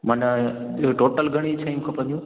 माना इहे टोटल घणियूं शयूं खपंदियूं